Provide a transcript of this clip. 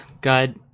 god